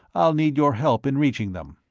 i'll need your help in reaching them.